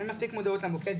אין מספיק מודעות למוקד,